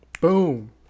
Boom